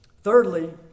Thirdly